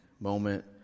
moment